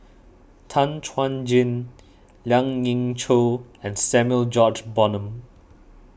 Tan Chuan Jin Lien Ying Chow and Samuel George Bonham